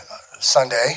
Sunday